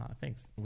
thanks